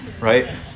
right